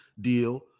deal